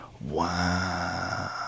Wow